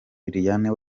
liliane